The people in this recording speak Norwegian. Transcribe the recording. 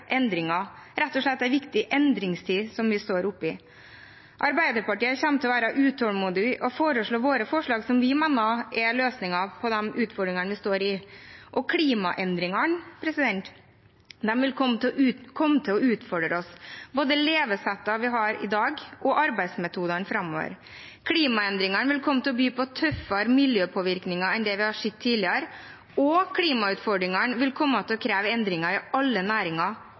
endringer – det er rett og slett en viktig endringstid som vi står i. Arbeiderpartiet kommer til å være utålmodig og komme med egne forslag som vi mener er løsningen på de utfordringene vi står i. Klimaendringene vil komme til å utfordre oss, både levesettet vi har i dag, og arbeidsmetodene framover. Klimaendringene vil komme til å by på tøffere miljøpåvirkninger enn det vi har sett tidligere. Klimautfordringene vil komme til å kreve endringer i alle næringer